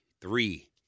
Three